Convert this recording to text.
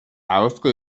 ahozko